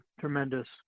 tremendous